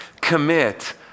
commit